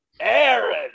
Aaron